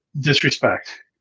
disrespect